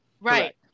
Right